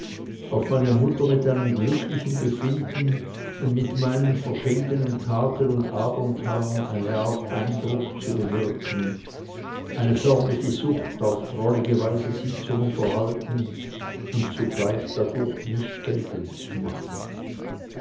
auf meine mutter mit einem glücklichen befinden und mit meinen verschiedenen taten und abenteuern ein art eindruck zu bewirken eine förmliche sucht auf drollige weise sie zu unterhalten und zugleich dadurch mich geltend zu machen